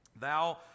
Thou